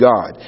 God